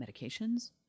medications